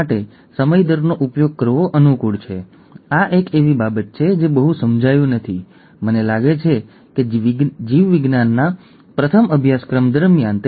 down syndrome હું સૂચવીશ કે તમે આ વિડિઓની પ્રથમ ત્રણ મિનિટ જુઓ